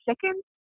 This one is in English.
second